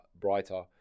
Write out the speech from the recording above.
brighter